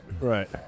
Right